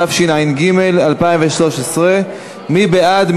התשע"ג 2013. מי בעד?